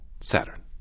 Saturn